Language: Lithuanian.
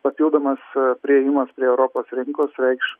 papildomas priėjimas prie europos rinkos reikš